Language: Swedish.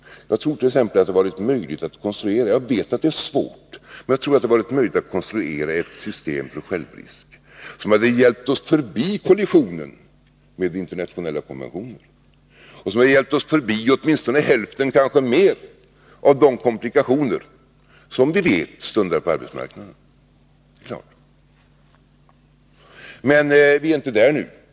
Jag tror t.ex. att det hade varit möjligt att konstruera — även om jag vet att det är svårt — ett system för självrisk som hade hjälpt oss förbi kollisionen med den internationella konventionen och hjälpt oss förbi hälften, kanske mer, av de komplikationer som vi vet stundar på arbetsmarknaden. Men vi är inte där nu.